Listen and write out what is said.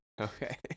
Okay